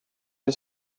see